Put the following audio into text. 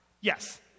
Yes